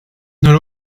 not